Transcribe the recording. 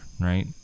right